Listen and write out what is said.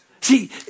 See